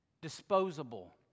disposable